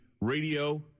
radio